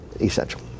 essential